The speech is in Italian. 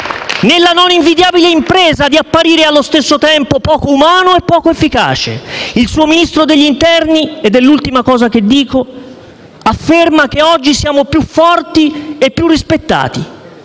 nella non invidiabile impresa di apparire allo stesso tempo poco umano e poco efficace; il suo Ministro dell'interno - ed è l'ultima cosa che dico - afferma che oggi siamo più forti e più rispettati,